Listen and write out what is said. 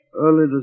Early